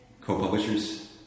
co-publishers